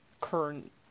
current